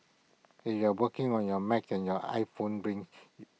if you are working on your Mac and your iPhone rings